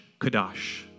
kadosh